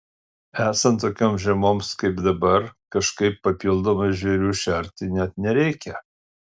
esant tokioms žiemoms kaip dabar kažkaip papildomai žvėrių šerti net nereikia